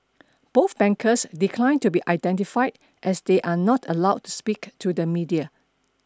both bankers declined to be identified as they are not allowed to speak to the media